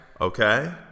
Okay